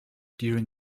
during